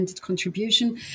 contribution